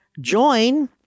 join